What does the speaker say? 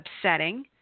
upsetting